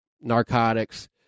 narcotics